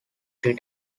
three